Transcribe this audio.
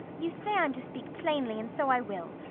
you say i'm to speak plainly, and so i will.